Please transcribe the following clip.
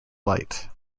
light